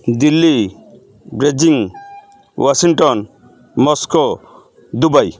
Delhi Beijing Washington Moscow Dubai